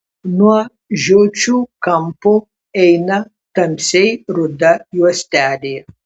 nuo žiočių kampo eina tamsiai ruda juostelė